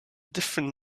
different